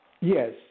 Yes